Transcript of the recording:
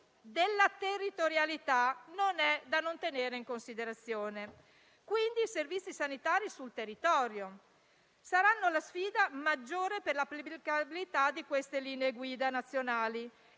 della territorialità non si può non tenere in considerazione. I servizi sanitari sul territorio, quindi, saranno la sfida maggiore per l'applicabilità di queste linee guida nazionali